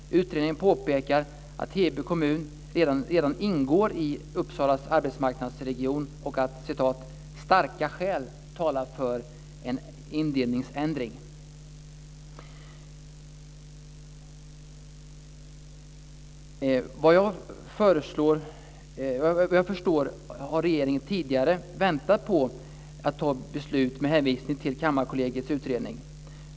Utredningen påpekar att Heby kommun redan ingår i Uppsalas arbetsmarknadsregion och att "starka skäl talar för en indelningsändring". Vad jag förstår har regeringen tidigare väntat på att fatta beslut med hänvisning till Kammarkollegiets utredning.